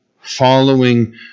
following